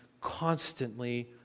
constantly